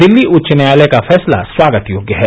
दिल्ली उच्च न्यायालय का फैसला स्वागत योग्य है